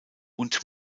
und